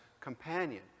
companion